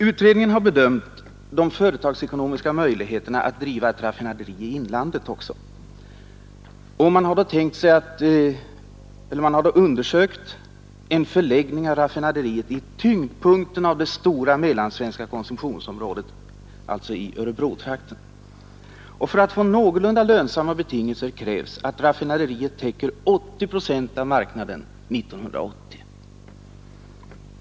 Utredningen har också bedömt de företagsekonomiska möjligheterna att driva ett raffinaderi i inlandet, och man har då undersökt en förläggning av raffinaderiet till tyngdpunkten av det stora mellansvenska konsumtionsområdet, alltså Örebrotrakten. För att få någorlunda lönsamma betingelser krävs att raffinaderiet täcker 80 procent av marknaden år 1980.